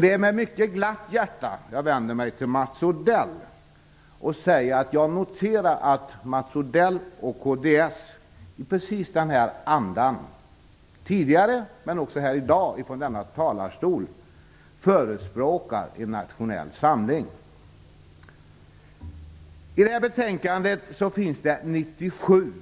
Det är mycket glatt hjärta jag noterar att Mats Odell och kds i precis den här andan tidigare men också här i dag från denna talarstol har förespråkat en nationell samling. I det här betänkandet finns 97